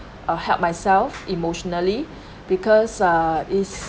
uh help myself emotionally because uh it's